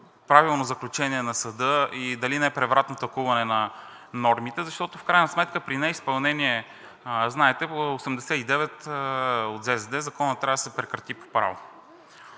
правилно заключение на съда и дали не е превратно тълкуване на нормите, защото в крайна сметка при неизпълнение знаете 89 от ЗЗД – законът трябва да се прекрати по право.